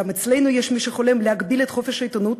גם אצלנו יש מי שחולם להגביל את חופש העיתונות